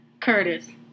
Curtis